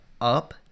up